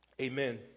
amen